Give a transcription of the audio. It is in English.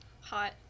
Hot